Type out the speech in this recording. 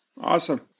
Awesome